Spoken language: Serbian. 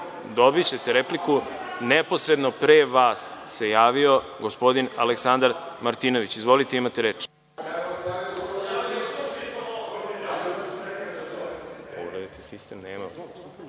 repliku. Neposredno pre vas se javio gospodin Aleksandar Martinović. Izvolite, imate reč.